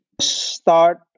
Start